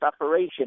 operation